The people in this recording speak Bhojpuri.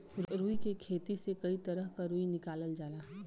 रुई के खेती से कई तरह क रुई निकालल जाला